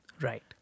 right